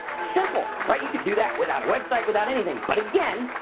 simple, right, you could do that without a website, without anything but, again,